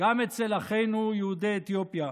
גם אצל אחינו יהודי אתיופיה.